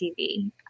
tv